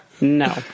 No